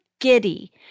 giddy